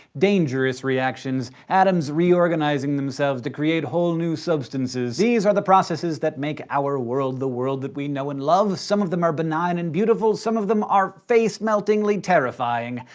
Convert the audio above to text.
dangerous reactions atoms reorganizing themselves to create whole new substances. these are the processes that make our world the world that we know and love. some of them are benign and beautiful, some of them are face-meltingly terrifying.